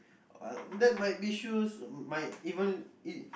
uh that might be shoes might even be